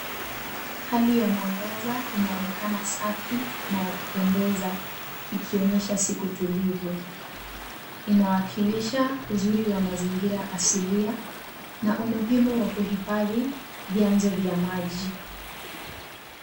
Hali ya mwangaza inaonekana safi na ya kupendeza, ikionyesha siku tulivu. Inawakilisha uzuri wa mazingira asilia na umuhimu wa kuhifadhi vyanzo vya maji.